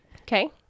Okay